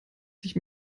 sich